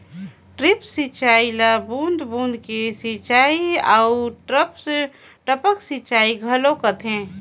drip सिंचई ल बूंद बूंद के सिंचई आऊ टपक सिंचई घलो कहथे